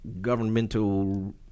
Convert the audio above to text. governmental